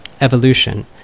evolution